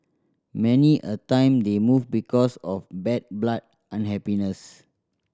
many a time they move because of bad blood unhappiness